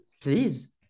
Please